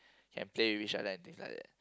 can play with each other and things like that